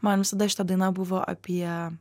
man visada šita daina buvo apie